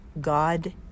God